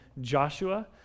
Joshua